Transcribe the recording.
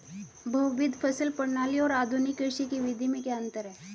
बहुविध फसल प्रणाली और आधुनिक कृषि की विधि में क्या अंतर है?